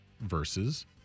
versus